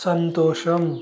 సంతోషం